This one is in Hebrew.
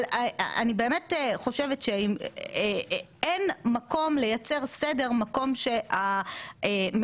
אבל אני באמת חושבת שאין מקום לייצר סדר מקום שהמחוקק